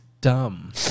dumb